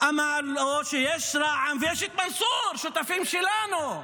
אמר לו: יש את רע"מ ויש את מנסור, שותפים שלנו.